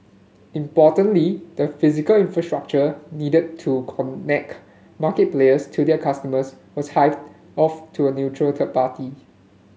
importantly the physical infrastructure needed to connect market players to their customers was hived off to a neutral third party